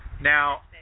Now